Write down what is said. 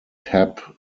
tab